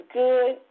good